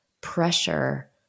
pressure